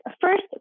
First